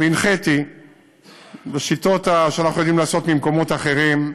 והנחיתי בשיטות שאנחנו יודעים לעשות ממקומות אחרים,